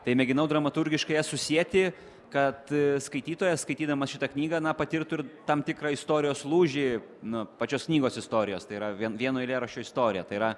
tai mėginau dramaturgiškai ją susieti kad skaitytojas skaitydamas šitą knygą na patirtų ir tam tikrą istorijos lūžį nu pačios knygos istorijos tėra vien vieno eilėraščio istorija tai yra